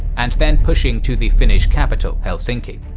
and then pushing to the finnish capital helsinki.